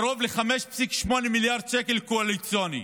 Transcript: קרוב ל-5.8 מיליארד שקל קואליציוניים,